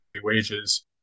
wages